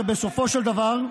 למה פיטרת את,